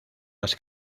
las